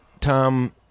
Tom